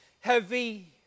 heavy